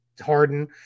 Harden